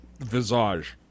visage